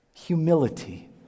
Humility